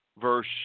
verse